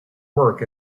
work